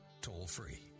toll-free